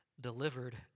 delivered